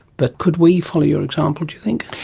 but could we follow your example, do you think?